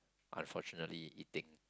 unfortunately eating